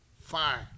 fine